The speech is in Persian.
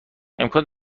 امکان